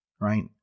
Right